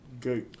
good